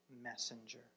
messenger